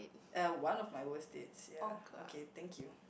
uh one of my worst dates ya okay thank you